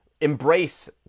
embrace